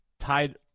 Tied